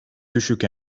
düşük